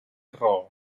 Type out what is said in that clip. raó